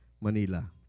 Manila